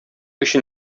өчен